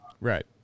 Right